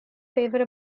favour